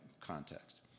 context